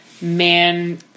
man